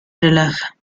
relaja